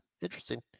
Interesting